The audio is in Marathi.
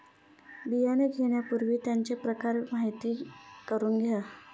बियाणे घेण्यापूर्वी त्यांचे प्रकार माहिती करून घ्या